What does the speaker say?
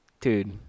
Dude